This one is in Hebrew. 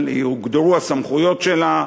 הוגדרו הסמכויות שלה,